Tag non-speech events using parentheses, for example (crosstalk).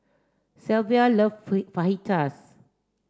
Shelvia love (unintelligible) Fajitas